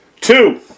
Two